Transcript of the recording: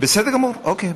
בסדר גמור, אוקיי.